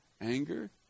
Anger